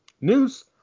news